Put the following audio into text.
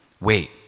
Wait